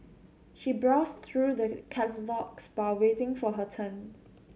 she browsed through the catalogues waiting for her turn